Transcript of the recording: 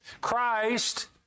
Christ